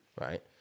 right